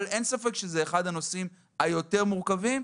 אבל אין ספק שזה אחד הנושאים היותר מורכבים.